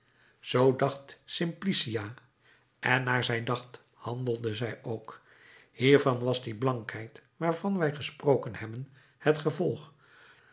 zoo dacht simplicia en naar zij dacht handelde zij ook hiervan was die blankheid waarvan wij gesproken hebben het gevolg